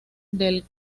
del